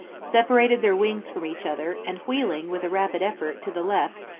separated their wings from each other, and wheeling, with a rapid effort, to the left,